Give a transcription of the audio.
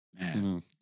man